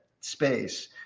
space